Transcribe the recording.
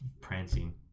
prancing